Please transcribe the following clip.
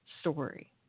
story